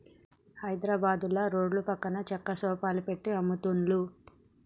హైద్రాబాదుల రోడ్ల పక్కన చెక్క సోఫాలు పెట్టి అమ్ముతున్లు